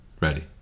ready